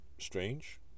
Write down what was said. strange